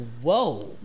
whoa